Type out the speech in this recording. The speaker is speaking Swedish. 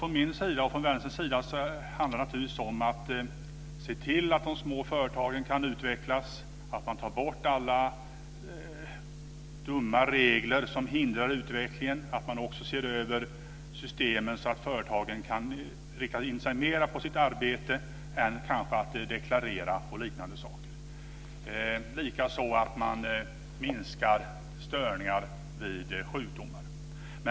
Från min och Vänsterns sida handlar det naturligtvis om att se till att de små företagen kan utvecklas, att man tar bort alla dumma regler som hindrar utvecklingen och att man också ser över systemen så att företagen kan rikta in sig mera på sitt arbete än kanske på att deklarera och liknande saker. Likaså gäller det att man minskar störningar vid sjukdomar.